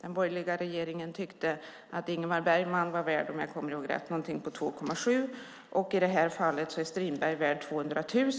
Den borgerliga regeringen tyckte att Ingmar Bergman var värd, om jag kommer ihåg rätt, någonting på 2,7 miljoner och i det här fallet är Strindberg värd 200 000